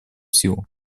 силу